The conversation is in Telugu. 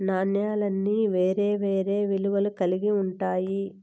నాణాలన్నీ వేరే వేరే విలువలు కల్గి ఉంటాయి